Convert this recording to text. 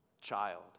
child